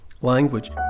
language